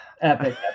epic